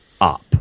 up